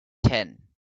ten